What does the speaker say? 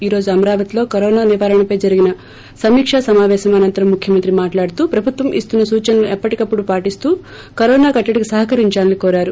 ఈ రోజు అమరావతిలో వినియోగం నివారణపై జరిగిన సమీకా సమాపేశం అనంతరం ముఖ్యమంత్రి జగన్మోహన్ రెడ్డి మాట్లాడుతూ ప్రభుత్వం ఇస్తున్న సూచనలను ఎప్పటికప్పుడు పాటిస్తూ కరోనా కట్టడికి సహకరించాలని కోరారు